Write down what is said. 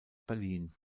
berlin